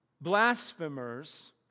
blasphemers